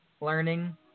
learning